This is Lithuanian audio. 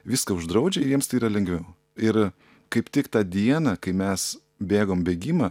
viską uždraudžia jiems tai yra lengviau ir kaip tik tą dieną kai mes bėgom bėgimą